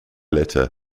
letter